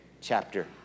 chapter